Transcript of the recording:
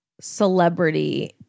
celebrity